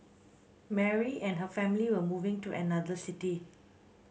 Mary and her family were moving to another city